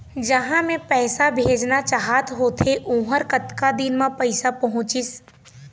जहां मैं पैसा भेजना चाहत होथे ओहर कतका दिन मा पैसा पहुंचिस?